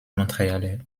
montréalais